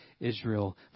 Israel